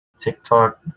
TikTok